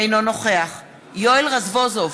אינו נוכח יואל רזבוזוב,